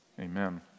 amen